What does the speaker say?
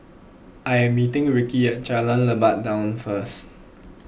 I am meeting Rickie at Jalan Lebat Daun first